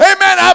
Amen